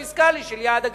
של יעד הגירעון,